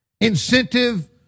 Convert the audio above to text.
incentive